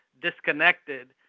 disconnected